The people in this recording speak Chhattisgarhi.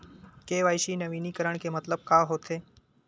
के.वाई.सी नवीनीकरण के मतलब का होथे?